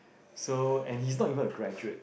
so and he's not even a graduate